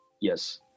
Yes